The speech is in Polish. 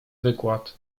wykład